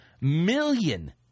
million